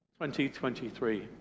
2023